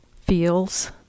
feels